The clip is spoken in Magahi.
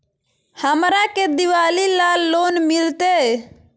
हमरा के दिवाली ला लोन मिलते?